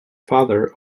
father